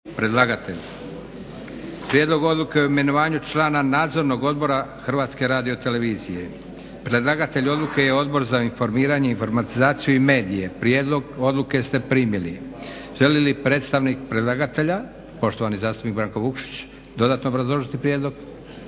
Josip (SDP)** Prijedlog odluke o imenovanju člana Nadzornog odbora HRT-a. Predlagatelj odluke je Odbor za informiranje, informatizaciju i medije. Prijedlog odluke ste primili. Želi li predstavnik predlagatelja poštovani zastupnik Branko Vukšić dodatno obrazložiti prijedlog?